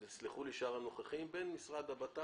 ויסלחו לי שאר הנוכחים בין המשרד לביטחון